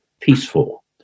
peaceful